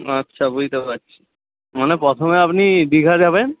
আচ্ছা বুঝতে পারছি মানে প্রথমে আপনি দীঘা যাবেন